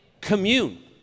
commune